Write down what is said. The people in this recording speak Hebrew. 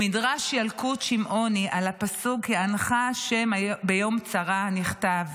במדרש ילקוט שמעוני על הפסוק: "יַעַנְךָ ה' ביום צרה"; נכתב: